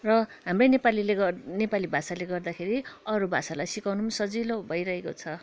र हाम्रै नेपालीले गर नेपाली भाषाले गर्दाखेरि अरू भाषालाई सिकाउनु पनि सजिलो भइरहेको छ